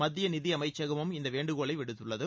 மத்திய நிதியமைச்சகமும் இந்த வேண்டுகோளை விடுத்துள்ளது